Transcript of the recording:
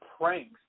pranks